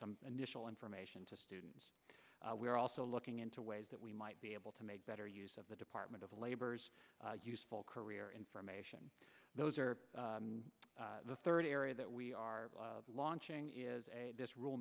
some initial information to students we are also looking into ways that we might be able to make better use of the department of labor's useful career information those are the third area that we are launching is a this rule